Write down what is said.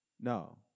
No